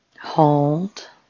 Hold